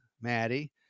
Maddie